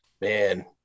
man